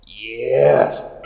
Yes